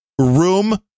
room